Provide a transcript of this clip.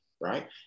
right